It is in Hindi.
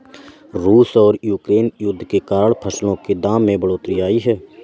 रूस और यूक्रेन युद्ध के कारण फसलों के दाम में बढ़ोतरी आई है